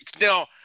now